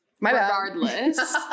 regardless